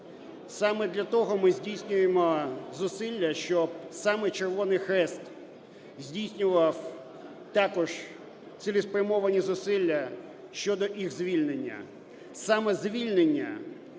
Саме для того ми здійснюємо зусилля, щоб саме Червоний Хрест здійснював також цілеспрямовані зусилля щодо їх звільнення.